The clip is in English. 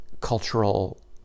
cultural